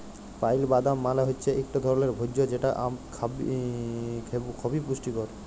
pile বাদাম মালে হৈচ্যে ইকট ধরলের ভোজ্য যেটা খবি পুষ্টিকর